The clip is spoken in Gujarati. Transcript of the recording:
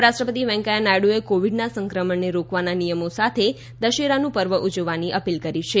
ઉપરાષ્ટ્રપતિ વેંકૈયા નાયડુએ કોવિડના સંક્રમણને રોકવાના નિયમો સાથે દશેરાનું પર્વ ઉજવવાની અપીલ કરી છે